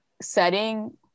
setting